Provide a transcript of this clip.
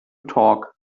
talk